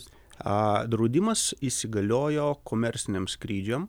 draudimas įsigaliojo komerciniam skrydžiam